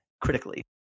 critically